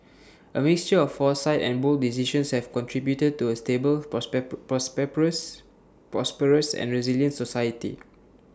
A mixture of foresight and bold decisions have contributed to A stable prosperous and resilient society